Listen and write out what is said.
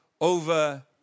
over